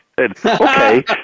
Okay